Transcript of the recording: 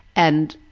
and